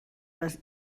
les